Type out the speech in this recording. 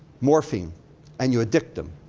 morphine and you addict them,